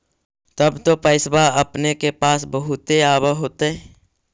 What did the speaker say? तब तो पैसबा अपने के पास बहुते आब होतय?